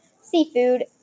seafood